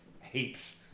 heaps